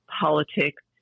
politics